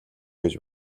байж